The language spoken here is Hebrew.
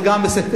זה גם בסדר.